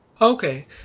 Okay